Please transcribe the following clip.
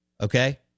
Okay